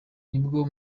nibwo